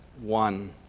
one